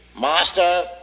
master